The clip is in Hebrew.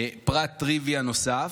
פרט טריוויה נוסף,